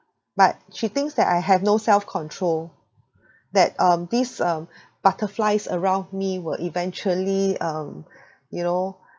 but she thinks that I have no self-control that um this um butterflies around me will eventually um you know